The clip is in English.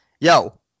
yo